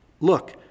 Look